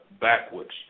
backwards